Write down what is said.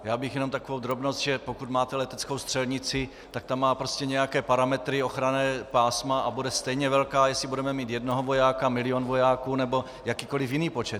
Já bych měl jenom takovou drobnost, že pokud máte leteckou střelnici, tak ta má prostě nějaké parametry, ochranná pásma, a bude stejně velká, jestli budeme mít jednoho vojáka, milion vojáků nebo jakýkoli jiný počet.